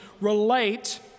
relate